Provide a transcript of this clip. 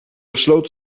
gesloten